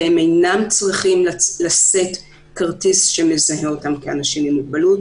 והם אינם צריכים לשאת כרטיס שמזהה אותם כאנשים עם מוגבלות,